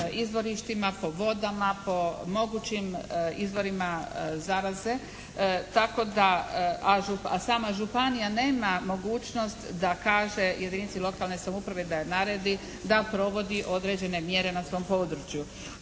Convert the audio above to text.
izvorištima, po vodama, po mogućim izvorima zaraze tako da a sama županija nema mogućnost da kaže jedinici lokalne samouprave, da joj naredi da provodi određene mjere na svom području.